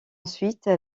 ensuite